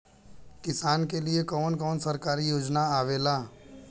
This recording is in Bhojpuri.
किसान के लिए कवन कवन सरकारी योजना आवेला?